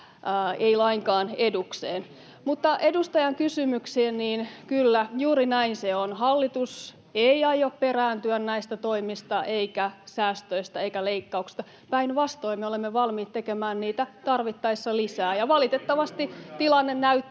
ei lainkaan edukseen. Mutta edustajan kysymykseen, niin kyllä, juuri näin se on. Hallitus ei aio perääntyä näistä toimista eikä säästöistä eikä leikkauksista. Päinvastoin, me olemme valmiit tekemään niitä tarvittaessa lisää, ja valitettavasti tilanne näyttää